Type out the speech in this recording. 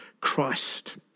Christ